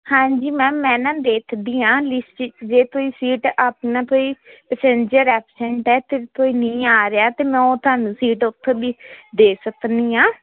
ਹਾਂਜੀ ਮੈਮ ਮੈਂ ਨਾ ਦੇਖਦੀ ਆਂ ਲਿਸਟ ਜੇ ਤੁਸੀਂ ਸੀਟ ਆਪਣਾ ਕੋਈ ਪੈਸੈਂਜਰ ਐਪਸੈਂਟ ਐ ਤੇ ਕੋਈ ਨਹੀਂ ਆ ਰਿਹਾ ਤੇ ਮੈਂ ਉਹ ਤੁਹਾਨੂੰ ਸੀਟ ਉਥੋਂ ਵੀ ਦੇ ਸਕਦੀ ਆ